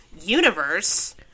universe